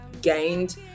gained